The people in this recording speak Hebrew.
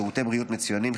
שירותי בריאות מצוינים,